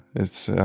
it's